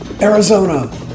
arizona